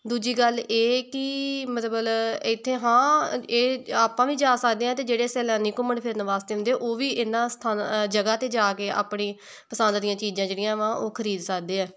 ਦੂਜੀ ਗੱਲ ਇਹ ਕਿ ਮਤਲਬ ਇੱਥੇ ਹਾਂ ਇਹ ਆਪਾਂ ਵੀ ਜਾ ਸਕਦੇ ਹਾਂ ਅਤੇ ਜਿਹੜੇ ਸੈਲਾਨੀ ਘੁੰਮਣ ਫਿਰਨ ਵਾਸਤੇ ਆਉਂਦੇ ਆ ਉਹ ਵੀ ਇਹਨਾਂ ਸਥਾਨ ਜਗ੍ਹਾ 'ਤੇ ਜਾ ਕੇ ਆਪਣੀ ਪਸੰਦ ਦੀਆਂ ਚੀਜ਼ਾਂ ਜਿਹੜੀਆਂ ਵਾ ਉਹ ਖਰੀਦ ਸਕਦੇ ਆ